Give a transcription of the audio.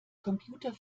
computer